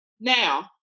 Now